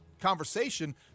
conversation